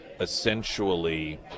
essentially